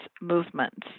movements